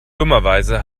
dummerweise